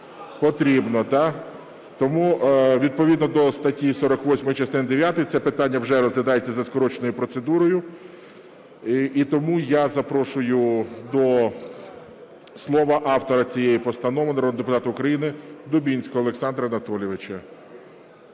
Потрібно, да? Тому відповідно до статті 48 частини дев'ятої це питання вже розглядається за скороченою процедурою. І тому я запрошую до слова автора цієї постанови народного депутата України Дубінського Олександра Анатолійовича.